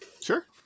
Sure